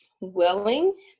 willing